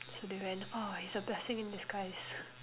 so they went oh he's a blessing in disguise